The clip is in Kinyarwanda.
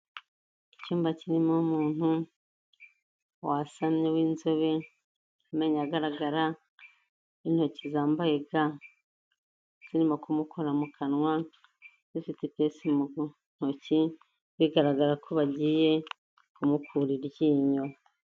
Icyumba kirimo umuntu wasamye w'inzobe amenyo agaragara n'intoki zambaye ga, zirimo kumukora mu kanwa zifite ipesi mu ntoki, bigaragara ko bagiye kumukura iryinyo.